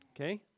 Okay